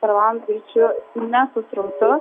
per valandą greičiu ne su srautu